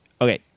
Okay